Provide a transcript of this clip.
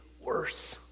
worse